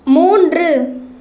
மூன்று